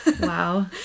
wow